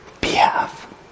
behalf